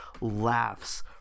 laughs